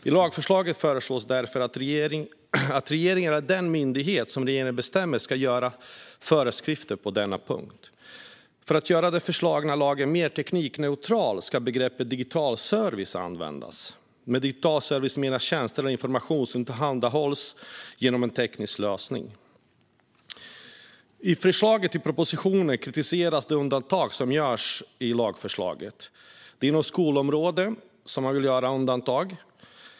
I lagförslaget föreslås därför att regeringen eller den myndighet som regeringen bestämmer ska göra föreskrifter på denna punkt. För att göra den föreslagna lagen mer teknikneutral ska begreppet digital service användas. Med digital service menas tjänster och information som tillhandahålls genom en teknisk lösning. Det undantag som finns i lagförslaget i propositionen kritiseras. Det är inom skolområdet som man vill göra undantag.